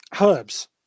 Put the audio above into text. Herbs